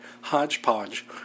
hodgepodge